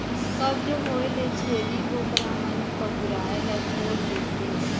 कब्ज होए ले छेरी बोकरा मन पगुराए ल छोड़ देथे